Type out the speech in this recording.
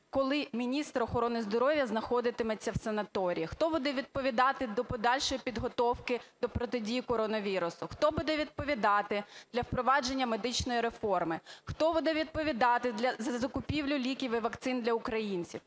коли міністр охорони здоров'я знаходитиметься в санаторії. Хто буде відповідати до подальшої підготовки до протидії коронавірусу? Хто буде відповідати для впровадження медичної реформи? Хто буде відповідати для закупівлі ліків і вакцин для українців?